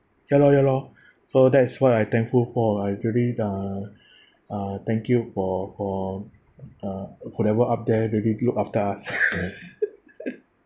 ya lor ya lor so that is what I thankful for I really uh uh thank you for for uh whatever up there they really look after us